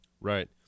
right